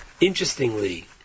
Interestingly